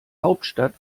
hauptstadt